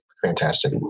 Fantastic